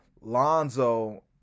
Lonzo